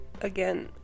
again